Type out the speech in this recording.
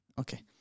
okay